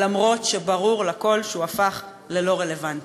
אף שברור לכול שהוא הפך ללא רלוונטי?